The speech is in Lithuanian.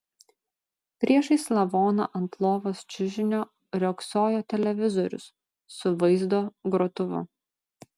priešais lavoną ant lovos čiužinio riogsojo televizorius su vaizdo grotuvu